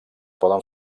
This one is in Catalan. poden